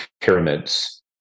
pyramids